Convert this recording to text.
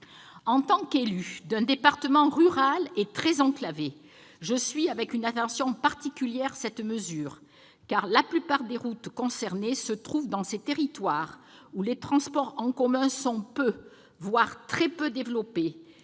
En tant qu'élue d'un département rural et très enclavé, je suis cette mesure avec une attention particulière. En effet, la plupart des routes concernées se trouvent dans ces territoires où les transports en commun sont peu, voire très peu développés,